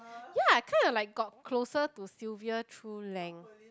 ya I kind of like got closer to Sylvia through Lang